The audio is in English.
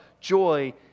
joy